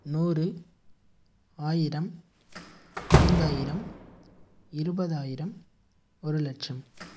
நூறு ஆயிரம் ஐந்தாயிரம் இருபதாயிரம் ஒரு லட்சம்